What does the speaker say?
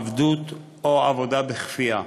עבדות או עבודה בכפייה.